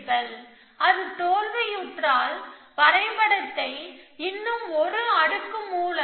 எனவே நாம் என்ன செய்வோம் என்பது ஒரு சிக்கலை எவ்வாறு ஒரு கான்ஸ்டன்ட் சேட்டிஸ்பேக்சன் சிக்கலாக முன்வைப்பது என்பதை நாம் அறிவோம்